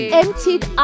emptied